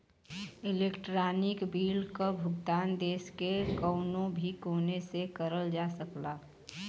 electronic bill क भुगतान देश के कउनो भी कोने से करल जा सकला